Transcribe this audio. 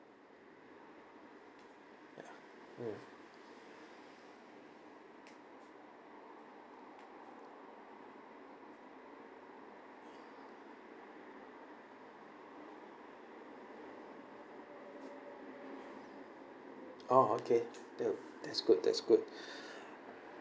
hmm orh okay thank you that's good that's good